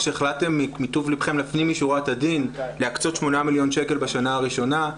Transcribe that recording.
כשהחלטתם מטוב לבכם לפנים משורת הדין להקצות 8 מילון שקל בשנה הראשונה,